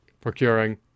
Procuring